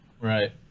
Right